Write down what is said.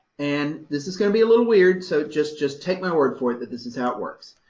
and this is going to be a little weird, so just, just take my word for it that this is how it works.